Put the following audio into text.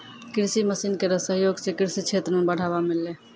कृषि मसीन केरो सहयोग सें कृषि क्षेत्र मे बढ़ावा मिललै